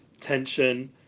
tension